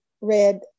read